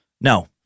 No